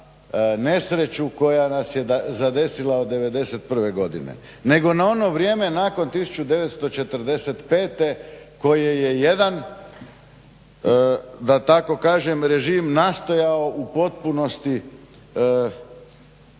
nesreću koja nas je zadesila od '91. godine, nego na ono vrijeme nakon 1945. koje je jedan da tako kažem režim nastojao u potpunosti